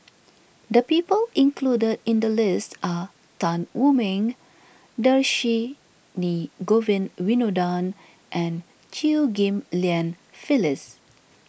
the people included in the list are Tan Wu Meng Dhershini Govin Winodan and Chew Ghim Lian Phyllis